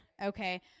okay